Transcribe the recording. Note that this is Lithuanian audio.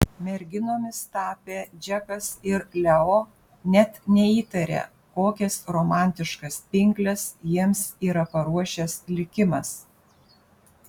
merginomis tapę džekas ir leo net neįtaria kokias romantiškas pinkles jiems yra paruošęs likimas